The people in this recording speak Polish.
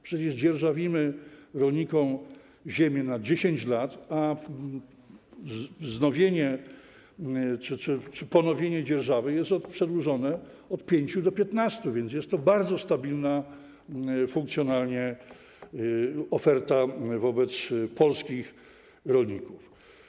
Przecież dzierżawimy rolnikom ziemię na 10 lat, a wznowienie czy ponowienie dzierżawy jest przedłużone o od 5 do 15 lat, więc jest to bardzo stabilna funkcjonalnie oferta dla polskich rolników.